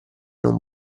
non